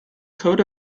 coat